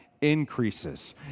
increases